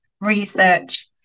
research